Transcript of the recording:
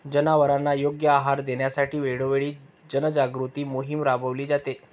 जनावरांना योग्य आहार देण्यासाठी वेळोवेळी जनजागृती मोहीम राबविली जाते